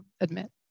admit